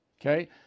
okay